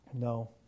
No